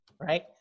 right